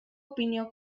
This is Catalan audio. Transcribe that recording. opinió